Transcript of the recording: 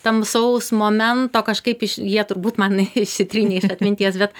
tamsaus momento kažkaip iš jie turbūt man išsitrynė iš atminties bet